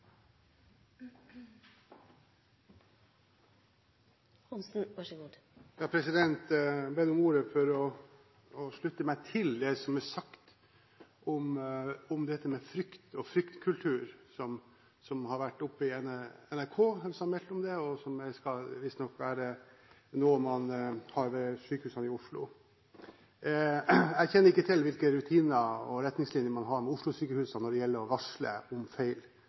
sagt om dette med frykt og fryktkultur, som har vært oppe i NRK – de har meldt om det – og som visstnok skal være noe man har ved sykehusene i Oslo. Jeg kjenner ikke til hvilke rutiner og retningslinjer man har ved Oslo-sykehusene når det gjelder å varsle om feil